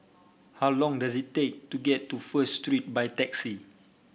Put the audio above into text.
how long does it take to get to First Street by taxi